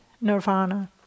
nirvana